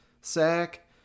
sack